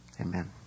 Amen